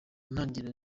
ntangiriro